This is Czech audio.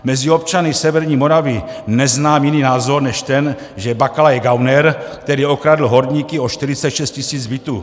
Mezi občany severní Moravy neznám jiný názor než ten, že Bakala je gauner, který okradl horníky o 46 tisíc bytů.